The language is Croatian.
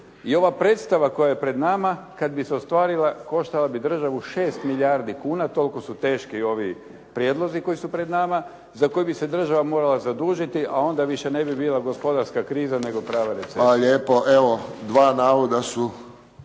i ova predstava koja je pred nama kad bi se ostvarila koštala bi državu 6 milijardu kuna, toliko su teški ovi prijedlozi koji su pred nama za koje bi se država morala zadužiti a onda više ne bi bila gospodarska kriza nego prava recesija. **Friščić, Josip